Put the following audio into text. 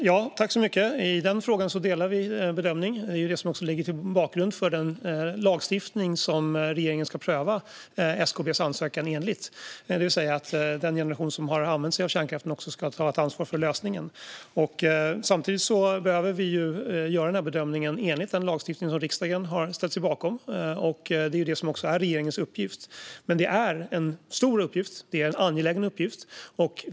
Fru talman! I denna fråga delar vi bedömningen. Det är också detta som ligger till grund för den lagstiftning enligt vilken regeringen ska pröva SKB:s ansökan. Det innebär att den generation som har använt sig av kärnkraften också ska ta ett ansvar för lösningen. Samtidigt behöver vi göra denna bedömning enligt den lagstiftning som riksdagen har ställt sig bakom. Det är också detta som är regeringens uppgift; det är en stor och angelägen uppgift.